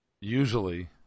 Usually